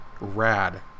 rad